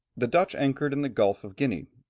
the dutch anchored in the gulf of guinea,